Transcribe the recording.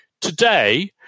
Today